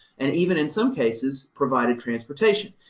and even in some cases, provided transportation.